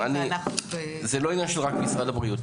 תיראו, זה לא עניין של רק משרד הבריאות.